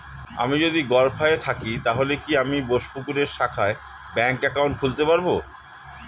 আমি যদি গরফায়ে থাকি তাহলে কি আমি বোসপুকুরের শাখায় ব্যঙ্ক একাউন্ট খুলতে পারবো?